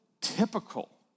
typical